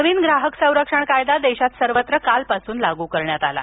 नवीन ग्राहक संरक्षण कायदा देशात सर्वत्र कालपासून लागू करण्यात आला आहे